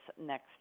next